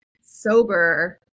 sober